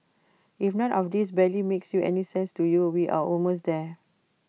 if none of this barely makes any sense to you we're almost there